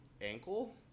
ankle